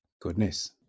goodness